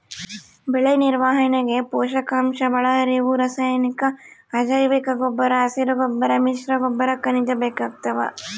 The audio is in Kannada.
ಬೆಳೆನಿರ್ವಹಣೆಗೆ ಪೋಷಕಾಂಶಒಳಹರಿವು ರಾಸಾಯನಿಕ ಅಜೈವಿಕಗೊಬ್ಬರ ಹಸಿರುಗೊಬ್ಬರ ಮಿಶ್ರಗೊಬ್ಬರ ಖನಿಜ ಬೇಕಾಗ್ತಾವ